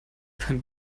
beim